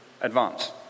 advance